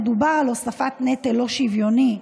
מדובר על הוספת נטל לא שוויוני,